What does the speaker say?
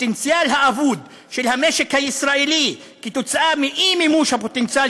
הפוטנציאל האבוד של המשק הישראלי כתוצאה מאי-מימוש הפוטנציאל